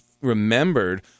remembered